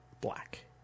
black